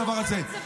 הדבר הזה.